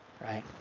right